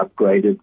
upgraded